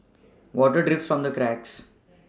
water drips from the cracks